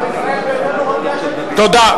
תודה.